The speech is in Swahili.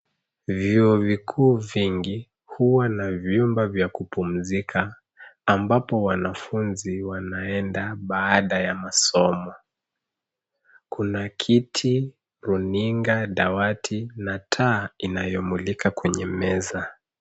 Vyuo vikuu vingi huwa na vyumba vya kupumzika ambapo wanafunzi wanaenda baada ya masomo. Kuna kiti, runinga, dawati na taa inayomulika kwenye meza. .